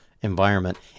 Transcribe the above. Environment